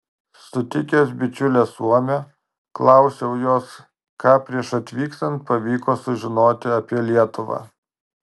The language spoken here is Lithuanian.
sutikęs bičiulę suomę klausiau jos ką prieš atvykstant pavyko sužinoti apie lietuvą